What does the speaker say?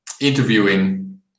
interviewing